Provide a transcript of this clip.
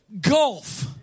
gulf